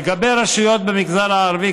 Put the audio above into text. לגבי רשויות במגזר הערבי,